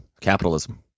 capitalism